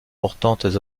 importantes